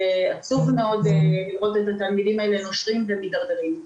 יהיה עצוב מאוד לראות את התלמידים האלה נושרים ומידרדרים.